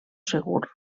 segur